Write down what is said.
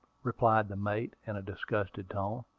replied the mate, in a disgusted tone.